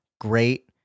great